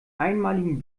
einmaligen